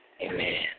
Amen